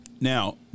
Now